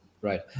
right